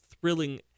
thrilling